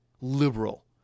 liberal